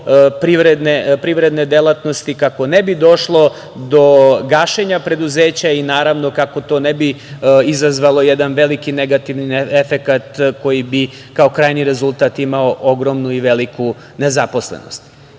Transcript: privredne delatnosti, kako ne bi došlo do gašenja preduzeća i naravno kako to ne bi izazvalo jedan veliki negativni efekat koji bi kao krajnji rezultat imao ogromnu i veliku nezaposlenost. Ova